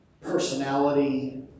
personality